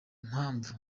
mpamvu